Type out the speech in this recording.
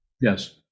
Yes